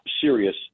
serious